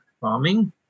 farming